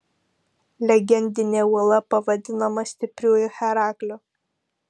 legendinė uola pavadinama stipriuoju herakliu